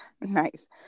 nice